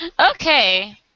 Okay